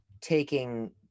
taking